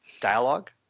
dialogue